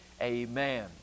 Amen